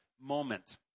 moment